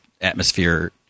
atmosphere